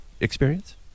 experience